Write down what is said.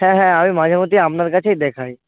হ্যাঁ হ্যাঁ আমি মাঝে মধ্যেই আপনার কাছেই দেখাই